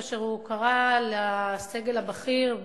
כאשר הוא קרא לסגל הבכיר,